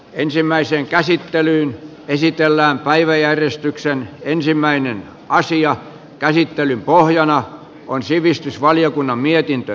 ensimmäiseen käsittelyyn esitellään päiväjärjestyksen ensimmäinen aasian käsittelyn pohjana on sivistysvaliokunnan mietintö